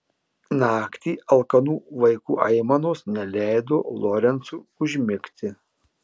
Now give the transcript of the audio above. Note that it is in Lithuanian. naktį alkanų vaikų aimanos neleido lorencui užmigti